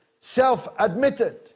self-admitted